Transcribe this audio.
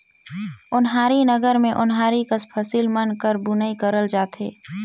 ओन्हारी नांगर मे ओन्हारी कस फसिल मन कर बुनई करल जाथे